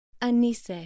Anise